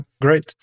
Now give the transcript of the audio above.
Great